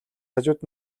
хажууд